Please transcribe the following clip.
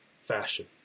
fashion